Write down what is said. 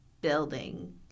building